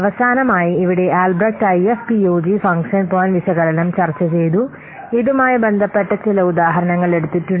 അവസാനമായി ഇവിടെ Albrecht IFPUG Albrecht IFPUG function point function point വിശകലനം ചർച്ചചെയ്തു ഇതുമായി ബന്ധപ്പെട്ട ചില ഉദാഹരണങ്ങൾ എടുത്തിട്ടുണ്ട്